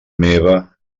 meva